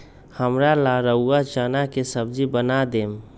हमरा ला रउरा चना के सब्जि बना देम